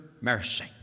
mercy